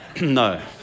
No